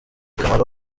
kamaro